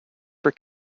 for